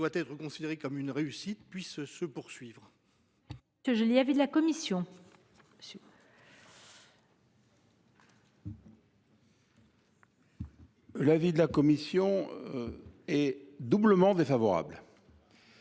L’avis de la commission est doublement défavorable